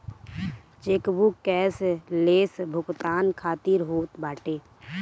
chequebook cashless भुगतान खातिर होत बाटे